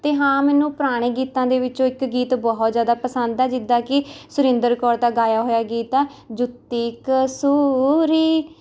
ਅਤੇ ਹਾਂ ਮੈਨੂੰ ਪੁਰਾਣੇ ਗੀਤਾਂ ਦੇ ਵਿੱਚੋਂ ਇੱਕ ਗੀਤ ਬਹੁਤ ਜ਼ਿਆਦਾ ਪਸੰਦ ਆ ਜਿੱਦਾਂ ਕਿ ਸੁਰਿੰਦਰ ਕੌਰ ਦਾ ਗਾਇਆ ਹੋਇਆ ਗੀਤ ਆ ਜੁੱਤੀ ਕਸੂਰੀ